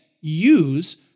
use